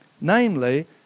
namely